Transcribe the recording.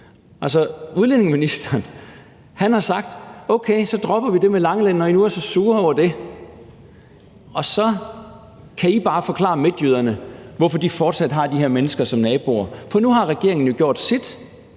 udlændingeministeren har sagt: Okay, så dropper vi det med Langeland, når I nu er så sure over det, og så kan I bare forklare midtjyderne, hvorfor de fortsat skal have de her mennesker som naboer. For nu har regeringen jo gjort sit;